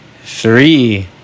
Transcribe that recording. three